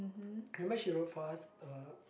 remember she wrote for us uh